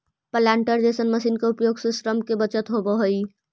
planter जईसन machine के उपयोग से श्रम के बचत होवऽ हई